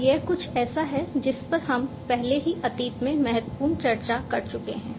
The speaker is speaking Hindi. और यह कुछ ऐसा है जिस पर हम पहले ही अतीत में महत्वपूर्ण चर्चा कर चुके हैं